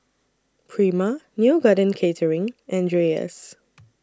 Prima Neo Garden Catering and Dreyers